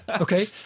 Okay